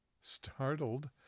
Startled